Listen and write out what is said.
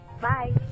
Bye